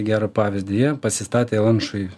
gerą pavyzdį jie pasistatė lančui